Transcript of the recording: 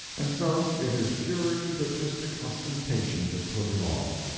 and so it is pure egotistic ostentation to put it off.